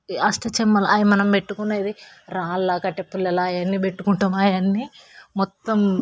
అష్టాచమ్మాల అవి మనం పెట్టుకున్నవి రాళ్ళు కట్టెపుల్లలు ఎన్ని పెట్టుకుంటాం అవన్నీ మొత్తం